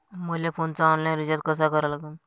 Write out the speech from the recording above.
मले फोनचा online recharge कसा करा लागन?